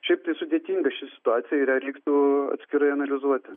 šiaip tai sudėtinga ši situacija ir ją reiktų atskirai analizuoti